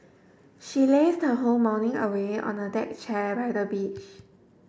she lazed her whole morning away on a deck chair by the beach